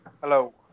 Hello